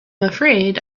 afraid